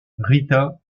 rita